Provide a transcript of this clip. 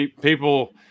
people